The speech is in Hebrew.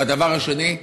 והדבר השני,